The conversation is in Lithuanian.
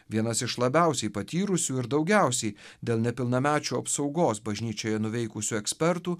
vienas iš labiausiai patyrusių ir daugiausiai dėl nepilnamečių apsaugos bažnyčioje nuveikusių ekspertų